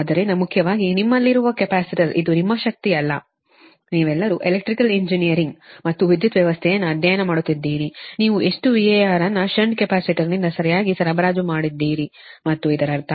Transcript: ಆದ್ದರಿಂದ ಮುಖ್ಯವಾಗಿ ನಿಮ್ಮಲ್ಲಿರುವ ಕೆಪಾಸಿಟರ್ ಇದು ನಿಮ್ಮ ಶಕ್ತಿಯಲ್ಲ ನೀವೆಲ್ಲರೂ ಎಲೆಕ್ಟ್ರಿಕಲ್ ಇಂಜಿನಿಯರಿಂಗ್ ಮತ್ತು ವಿದ್ಯುತ್ ವ್ಯವಸ್ಥೆಯನ್ನು ಅಧ್ಯಯನ ಮಾಡುತ್ತಿದ್ದೀರಿ ನೀವು ಎಷ್ಟು VAR ಅನ್ನು ಷಂಟ್ ಕೆಪಾಸಿಟರ್ನಿಂದ ಸರಿಯಾಗಿ ಸರಬರಾಜು ಮಾಡಿದ್ದೀರಿ ಮತ್ತು ಇದರರ್ಥ